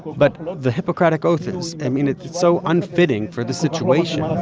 but the hippocratic oath is i mean, it's so unfitting for this situation.